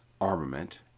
armament